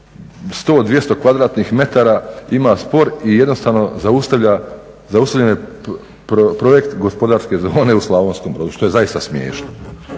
100, 200 kvadratnih metara ima spor i jednostavno zaustavljen je projekt gospodarske zone u Slavonskom Brodu što je zaista smiješno.